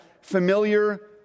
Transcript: familiar